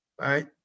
Right